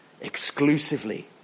exclusively